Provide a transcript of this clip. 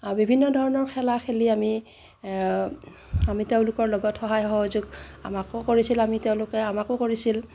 বিভিন্ন ধৰণৰ খেলা খেলি আমি আমি তেওঁলোকৰ লগত সহায় সহযোগ আমাকো কৰিছিল আমি তেওঁলোকে আমাকো কৰিছিল